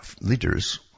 leaders